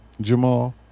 Jamal